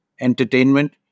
entertainment